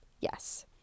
yes